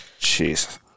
Jeez